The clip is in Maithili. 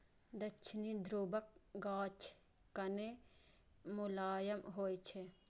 दक्षिणी ध्रुवक गाछ कने मोलायम होइ छै